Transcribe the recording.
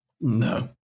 No